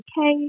okay